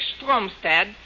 Stromstad